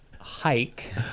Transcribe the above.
hike